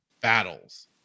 battles